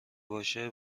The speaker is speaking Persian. باشه